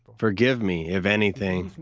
forgive me if anything,